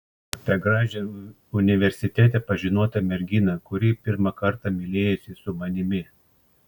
apie gražią universitete pažinotą merginą kuri pirmą kartą mylėjosi su manimi